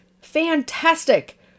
Fantastic